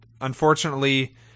unfortunately